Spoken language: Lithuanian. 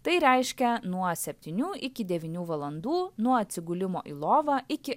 tai reiškia nuo septynių iki devynių valandų nuo atsigulimo į lovą iki